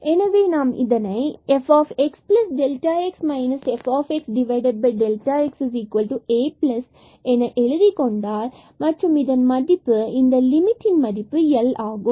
எனவே நாம் இதனை fxΔx fxΔx A என எழுதிக் கொண்டால் மற்றும் இதன் லிமிட் மதிப்பு L ஆகும்